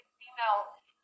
female